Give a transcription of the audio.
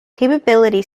capability